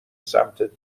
سمتت